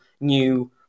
new